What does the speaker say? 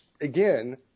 again